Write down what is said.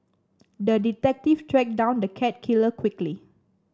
the detective tracked down the cat killer quickly